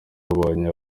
batabonye